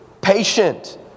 patient